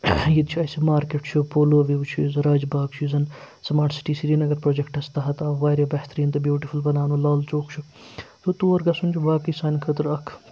ییٚتہِ چھُ اَسہِ مارکیٹ چھُ پولو وِو چھُ یُس زَن راج باغ چھُ یُس زَن سُماٹ سِٹی سریٖنگر پرٛوجَکٹَس تحت آو واریاہ بہتریٖن تہٕ بیوٗٹِفُل بَناونہٕ لال چوک چھُ تہٕ تور گژھُن چھُ واقٕے سانہِ خٲطرٕ اَکھ